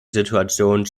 situation